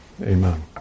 Amen